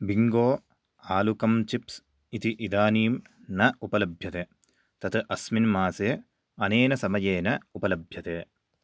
bingo आलुकम् chips इति इदानीं न उपलभ्यते तत् अस्मिन् मासे अनेन समयेन उपलभ्यते